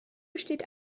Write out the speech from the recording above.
besteht